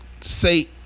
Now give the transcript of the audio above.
say